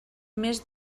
més